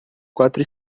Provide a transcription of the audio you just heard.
quatro